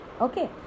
Okay